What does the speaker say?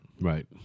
Right